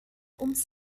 ums